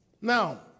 Now